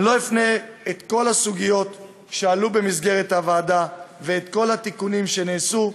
לא אמנה את כל הסוגיות שעלו במסגרת הוועדה ואת כל התיקונים שנעשו,